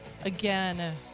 Again